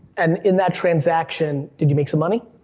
and in that transaction, did you make some money?